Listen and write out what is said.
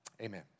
Amen